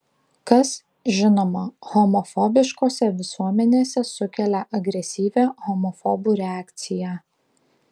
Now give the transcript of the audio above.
kas žinoma homofobiškose visuomenėse sukelia agresyvią homofobų reakciją